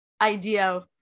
idea